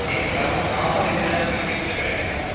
ठीक है मैम हम कहाँ पर इंतजार करने के लिए बैठे मैम